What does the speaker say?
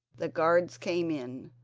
the guards came in,